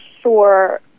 sure